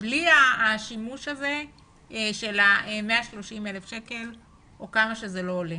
בלי השימוש הזה של ה-130,000 שקלים או כמה שזה עולה.